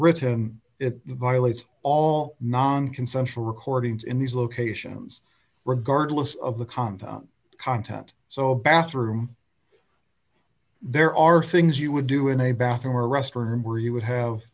written it violates all nonconsensual recordings in these locations regardless of the compound content so bathroom there are things you would do in a bathroom or restroom where you would have